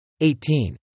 18